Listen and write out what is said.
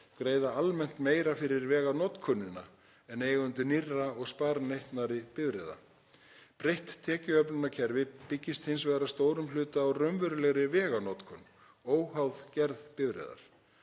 greiða almennt meira fyrir veganotkun en eigendur nýrra og sparneytnari bifreiða. Breytt tekjuöflunarkerfi byggist hins vegar að stórum hluta á raunverulegri veganotkun, óháð gerð bifreiðar.